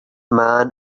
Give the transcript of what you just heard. man